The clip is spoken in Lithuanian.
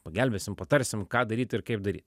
pagelbėsim patarsim ką daryt ir kaip daryt